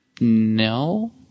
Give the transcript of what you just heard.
No